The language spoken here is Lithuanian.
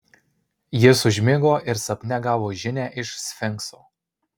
jis užmigo ir sapne gavo žinią iš sfinkso